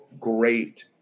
great